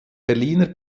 berliner